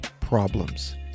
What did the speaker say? problems